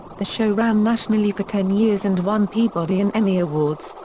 the show ran nationally for ten years and won peabody and emmy awards,